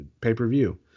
pay-per-view